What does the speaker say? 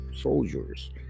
soldiers